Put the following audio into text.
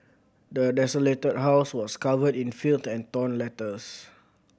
the desolated house was covered in filth and torn letters